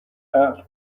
عقل